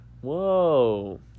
whoa